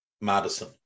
Madison